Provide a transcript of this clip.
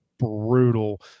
Brutal